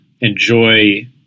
Enjoy